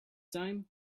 time